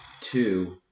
Two